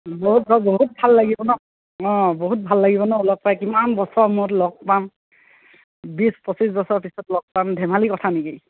বহুত বহুত ভাল লাগিব নহ্ অঁ বহুত ভাল লাগিব নহ্ লগ পাই কিমান বছৰৰ মূৰত লগ পাম বিছ পঁচিছ বছৰ পিছত লগ পাম ধেমালি কথা নেকি